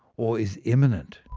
or is imminent.